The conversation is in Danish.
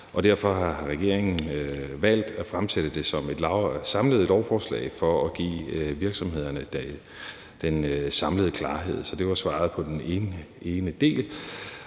derfor har regeringen valgt at fremsætte det som et samlet lovforslag for at give virksomhederne den samlede klarhed. Så det var svaret på den ene del.